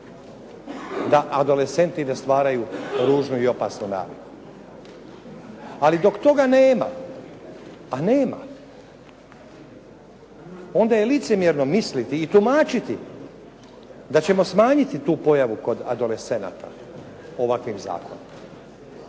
da adolescenti ne stvaraju ružnu i opasnu naviku. Ali dok toga nema, a nema, onda je licemjerno misliti i tumačiti da ćemo smanjiti tu pojavu kod adolescenata ovakvim zakonom.